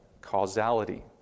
causality